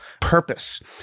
purpose